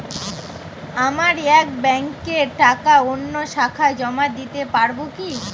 আমার এক ব্যাঙ্কের টাকা অন্য শাখায় জমা দিতে পারব কি?